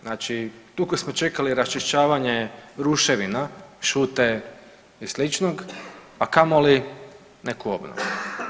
Znači dugo smo čekali raščišćavanje ruševina, šute i sličnog a kamoli neku obnovu.